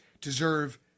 deserve